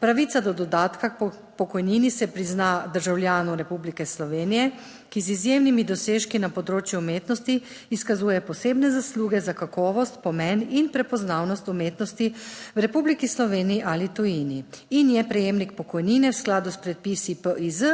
Pravica do dodatka k pokojnini se prizna državljanu Republike Slovenije, ki z izjemnimi dosežki na področju umetnosti izkazuje posebne zasluge za kakovost, **93. TRAK: (TB) - 16.40** (nadaljevanje) pomen in prepoznavnost umetnosti v Republiki Sloveniji ali tujini in je prejemnik pokojnine v skladu s predpisi PIZ